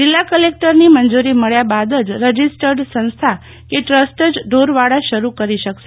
જિલ્લા કલેક્ટરની મંજૂરી મળ્યા બાદ જ રજીસ્ટર્ડ સંસ્થા કે ટ્રસ્ટ જ ઢોરવાડા શરૂ કરી શકશે